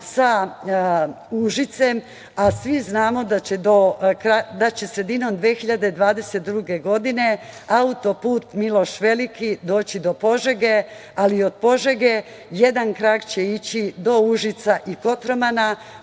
sa Užicem. Svi znamo da će sredinom 2022. godine autoput „Miloš Veliki“ doći do Požege, ali od Požege jedan krak će ići do Užica i Kotromana,